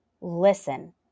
listen